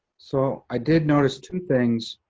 so i did notice two things,